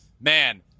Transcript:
Man